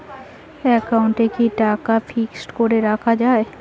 একাউন্টে কি টাকা ফিক্সড করে রাখা যায়?